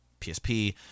psp